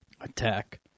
attack